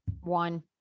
One